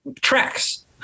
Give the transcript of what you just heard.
tracks